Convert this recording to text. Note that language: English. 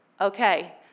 okay